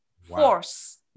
force